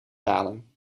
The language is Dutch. dalen